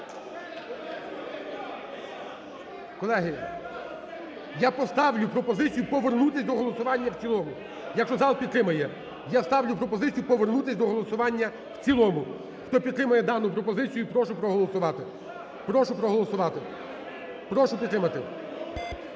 Колеги, я поставлю пропозицію повернутись до голосування в цілому, якщо зал підтримає. Я ставлю пропозицію повернутись до голосування в цілому. Хто підтримує дану пропозицію, прошу проголосувати. Прошу проголосувати. Прошу підтримати.